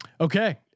Okay